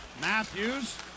Matthews